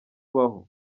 ubaho